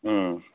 ꯎꯝ